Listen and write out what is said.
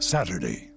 Saturday